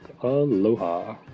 Aloha